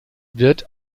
wird